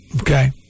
okay